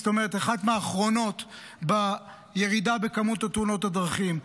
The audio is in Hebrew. זאת אומרת אחת מהאחרונות בירידה בכמות תאונות הדרכים.